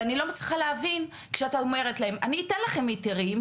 ואני לא מצליחה להבין כשאת אומרת להם אני אתן לכם היתרים,